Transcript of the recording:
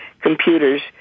computers